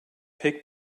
pick